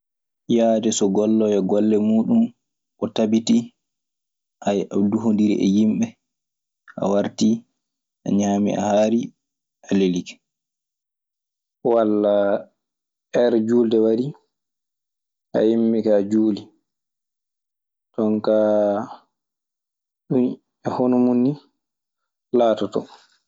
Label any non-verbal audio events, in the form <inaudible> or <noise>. Yaade so golloya golle muuɗun o tabitii <hesitation> o duhundiri e yimɓe. A warti a ñaamii a haarii a lelike. Walla eer juulde warii, a immike a juulii.. Jon kaa ɗun e hono mun nii laatotoo.